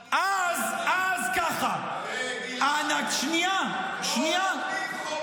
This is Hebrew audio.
גלעד, כמו להדליף חומרים מחוץ